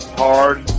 hard